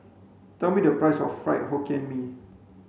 tell me the price of fried hokkien mee